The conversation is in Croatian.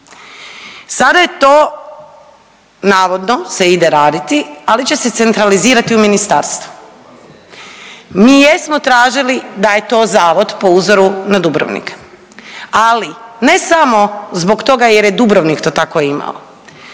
sada je to navodno se ide raditi, ali će se centralizirati u ministarstvu. Mi jesmo tražili da je to zavod po uzoru na Dubrovnik, ali ne samo zbog toga jer je Dubrovnik to tako imao